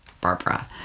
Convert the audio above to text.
Barbara